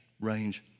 range